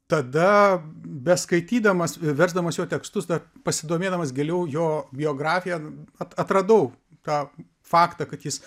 tada beskaitydamas versdamas jo tekstus dar pasidomėdamas giliau jo biografija at atradau tą faktą kad jis